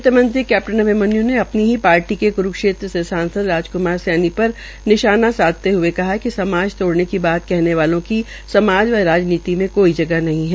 वित्तमंत्री कैप्टन अभिमन्यू ने अपनी ही पार्टी के क्रूक्षेत्र से सांसद राजकुमार सैनी पर निशाना साधते हए कहा है कि समाज को तोड़ने की बात कहने वालों की समाज व राजनीति में कोई जगह नहीं है